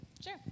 Sure